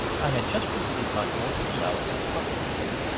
i had just received my quarter's allowance of pocket-money,